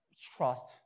trust